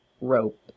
rope